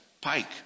Pike